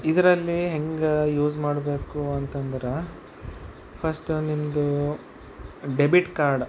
ಇದರಲ್ಲಿ ಹೇಗೆ ಯೂಸ್ ಮಾಡಬೇಕು ಅಂತಂದ್ರೆ ಫಸ್ಟ್ ನಿಮ್ಮದು ಡೆಬಿಟ್ ಕಾರ್ಡ್